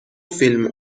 فیلم